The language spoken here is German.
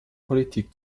politik